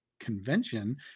Convention